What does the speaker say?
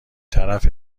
طرف